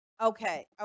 Okay